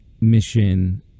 mission